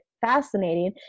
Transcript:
fascinating